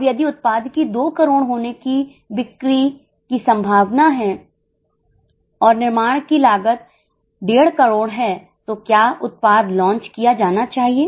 अब यदि उत्पाद की 2 करोड़ होने की बिक्री होने की संभावना है और निर्माण की लागत 15 करोड़ है तो क्या उत्पाद लॉन्च किया जाना चाहिए